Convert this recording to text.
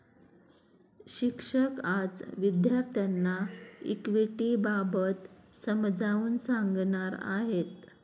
शिक्षक आज विद्यार्थ्यांना इक्विटिबाबत समजावून सांगणार आहेत